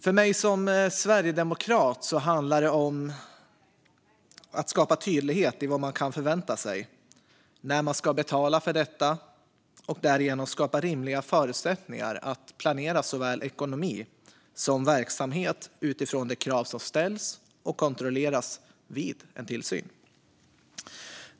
För mig som sverigedemokrat handlar det om att skapa tydlighet i vad man kan förvänta sig när man ska betala för detta och därigenom skapa rimliga förutsättningar att planera såväl ekonomi som verksamhet utifrån de krav som ställs och kontrolleras vid en tillsyn.